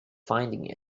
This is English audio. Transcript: finding